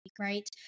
Right